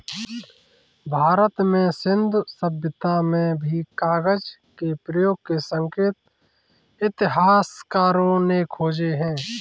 भारत में सिन्धु सभ्यता में भी कागज के प्रयोग के संकेत इतिहासकारों ने खोजे हैं